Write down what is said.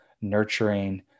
nurturing